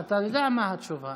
יואב, אתה יודע מה התשובה.